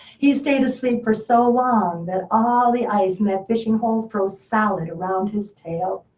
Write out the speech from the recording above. he stayed asleep for so long, that all the ice in that fishing hole froze solid around his tail,